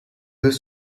deux